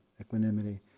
equanimity